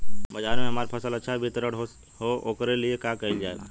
बाजार में हमार फसल अच्छा वितरण हो ओकर लिए का कइलजाला?